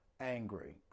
angry